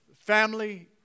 family